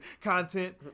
content